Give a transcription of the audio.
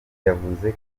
yavuze